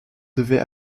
devait